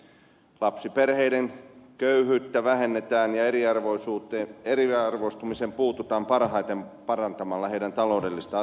lapsiperheiden köyhyyttä vähennetään ja eriarvoistumiseen puututaan parhaiten parantamalla heidän taloudellista asemaansa